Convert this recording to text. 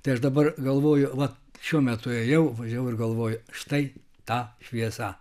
tai aš dabar galvoju va šiuo metu ėjau važiavau ir galvoju štai ta šviesa